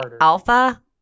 alpha